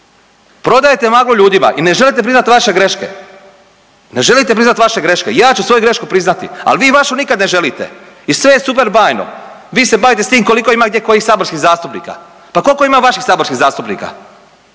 Prodajete maglu ljudima i ne želite priznati vaše greške. Ne želite priznati vaše greške. Ja ću svoju grešku priznati, ali vi vašu nikad ne želite i sve je super bajno, vi ste bavite s tim koliko ima gdje kojih saborskih zastupnika. Pa koliko ima vaših saborskih zastupnika